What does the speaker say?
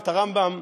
את הרמב"ם,